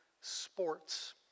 sports